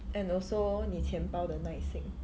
and also 你钱包的耐性